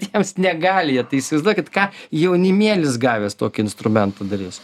jiems negali jie tai įsivaizduokit ką jaunimėlis gavęs tokį instrumentą darys